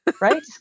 Right